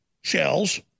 shells